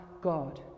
God